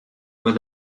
where